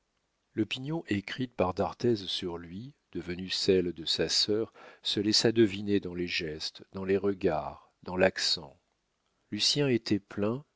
écrite par d'arthez sur lui devenue celle de sa sœur se laissa deviner dans les gestes dans les regards dans l'accent lucien était plaint